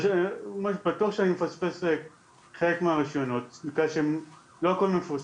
בטוח שאני מפספס חלק מהרישיונות בגלל שלא הכול מפורסם.